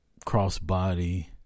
Crossbody